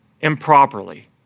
improperly